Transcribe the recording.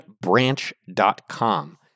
Branch.com